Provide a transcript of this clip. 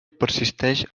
persisteix